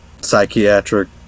psychiatric